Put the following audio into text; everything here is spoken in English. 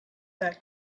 that